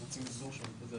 הם רוצים לסגור שם את הזה.